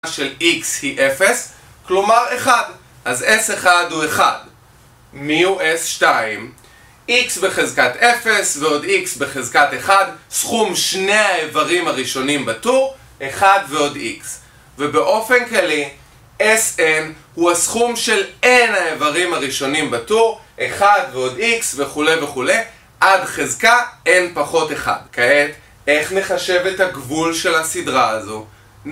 של x היא 0, כלומר 1, אז s1 הוא 1 מי הוא s2? x בחזקת 0 ועוד x בחזקת 1 סכום שני האיברים הראשונים בתור 1 ועוד x ובאופן כללי sn הוא הסכום של n האיברים הראשונים בתור 1 ועוד x וכולי וכולי עד חזקה n פחות 1 כעת, איך נחשב את הגבול של הסדרה הזו?